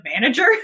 manager